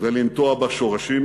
ולנטוע בה שורשים,